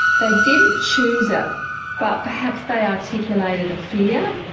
they didn't choose it but perhaps they articulated a fear,